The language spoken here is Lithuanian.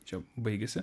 čia baigiasi